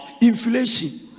inflation